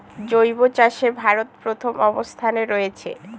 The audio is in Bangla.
জৈব চাষে ভারত প্রথম অবস্থানে রয়েছে